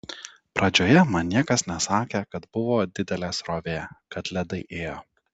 pradžioje man niekas nesakė kad buvo didelė srovė kad ledai ėjo